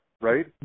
right